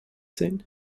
sehen